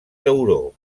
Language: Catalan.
tauró